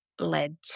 led